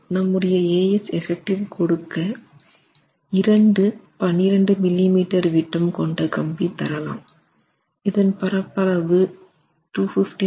நம்முடைய eff கொடுக்க 2 12 millimetre விட்டம் கொண்ட கம்பி தரலாம் இதன் பரப்பளவு 215